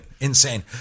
Insane